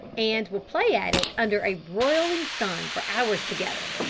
and will play at it under a broiling sun for hours together.